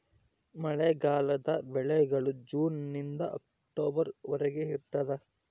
ಮಳೆಗಾಲದ ಬೆಳೆಗಳು ಜೂನ್ ನಿಂದ ಅಕ್ಟೊಬರ್ ವರೆಗೆ ಇರ್ತಾದ